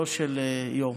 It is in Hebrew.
לא של יום.